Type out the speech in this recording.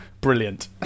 Brilliant